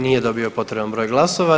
Nije dobio potreban broj glasova.